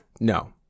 No